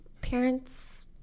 parents